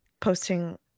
posting